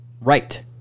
Right